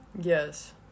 Yes